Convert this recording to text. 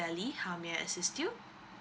sally how may I assist you